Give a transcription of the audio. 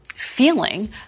feeling